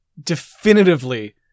Definitively